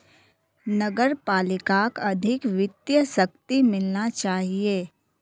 नगर पालिकाक अधिक वित्तीय शक्ति मिलना चाहिए